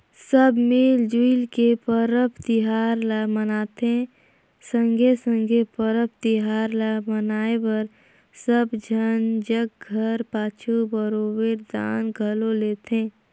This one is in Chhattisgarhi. सब मिल जुइल के परब तिहार ल मनाथें संघे संघे परब तिहार ल मनाए बर सब झन जग घर पाछू बरोबेर दान घलो लेथें